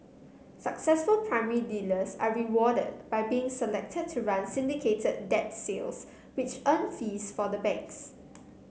successful primary dealers are rewarded by being selected to run syndicated debt sales which earn fees for the banks